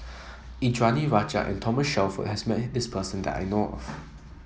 Indranee Rajah and Thomas Shelford has met this person that I know of